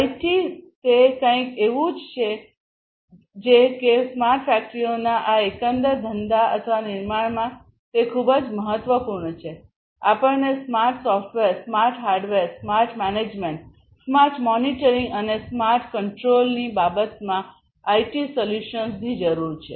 IT તે કંઈક એવું છે જે કે સ્માર્ટ ફેક્ટરીઓના આ એકંદર ધંધા અથવા નિર્માણમાં તે ખૂબ જ મહત્વપૂર્ણ છે આપણને smart software smart hardware smart management smart monitoring અને સ્માર્ટ કંટ્રોલની બાબતમાં આઇટી સોલ્યુશન્સની જરૂર છે